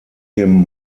dem